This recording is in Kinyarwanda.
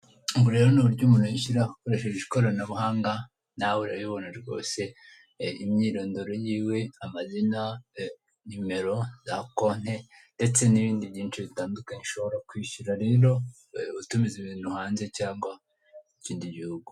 Ubu rero n'uburyo umuntu yishyura akoresheje ikoranabuhanga nawe urabona rwose imyirondoro y'iwe amazina, nimero za konte ndetse n'ibindi byinshi bitandukanye ushobora kwishyura rero utumiza ibintu hanze cyangwa mu kindi gihugu.